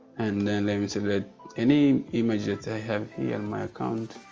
and then let me say that any image that i have here and my account,